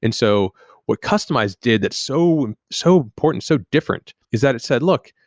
and so what kustomize did that's so so important, so different, is that it said, look,